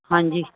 ਹਾਂਜੀ